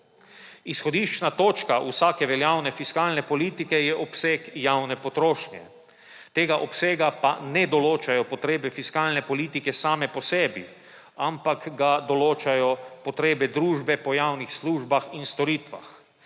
Izhodiščna točka vsake veljavne fiskalne politike je obseg javne potrošnje. Tega obsega pa ne določajo potrebe fiskalne politike same po sebi, ampak ga določajo potrebe družbe po javnih službah in storitvah.